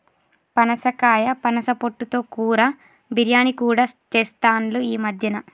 పనసకాయ పనస పొట్టు తో కూర, బిర్యానీ కూడా చెస్తాండ్లు ఈ మద్యన